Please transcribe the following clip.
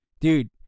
Dude